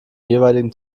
jeweiligen